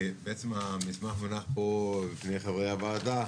בעצם המסמך מונח פה בפני חברי הוועדה,